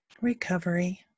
recovery